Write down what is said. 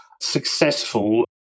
successful